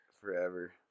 forever